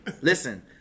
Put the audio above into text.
listen